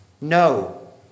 No